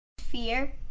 fear